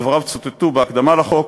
דבריו צוטטו בהקדמה לחוק,